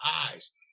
eyes